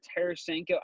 Tarasenko